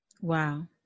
Wow